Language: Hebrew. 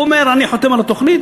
הוא אומר: אני חותם על התוכנית,